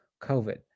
COVID